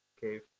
Cave